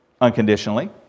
Unconditionally